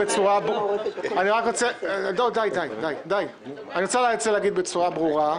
אני רק רוצה להגיד בצורה ברורה: